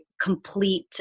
complete